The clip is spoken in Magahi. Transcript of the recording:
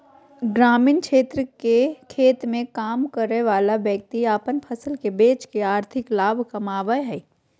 ग्रामीण क्षेत्र के खेत मे काम करय वला व्यक्ति अपन फसल बेच के आर्थिक लाभ कमाबय हय